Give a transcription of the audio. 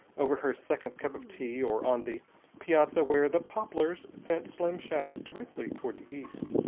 over her second cup of tea, or on the piazza where the poplars sent slim shadows directly toward the east,